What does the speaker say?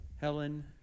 Helen